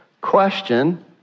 Question